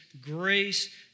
grace